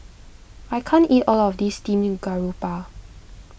I can't eat all of this Steamed Garoupa